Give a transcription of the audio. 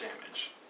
damage